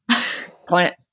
plant